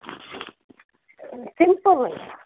simple